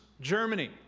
Germany